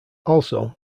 also